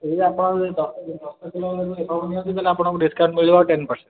ଯଦି ଆପଣ ଦଶ କିଲୋ ଦଶ କିଲୋରୁ ଏବୋଭ୍ ନିଅନ୍ତି ତା'ହେଲେ ଆପଣଙ୍କୁ ଡିସକାଉଣ୍ଟ୍ ମିଳିବ ଟେନ୍ ପରସେଣ୍ଟ୍